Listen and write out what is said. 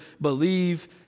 believe